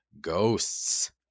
ghosts